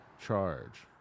charge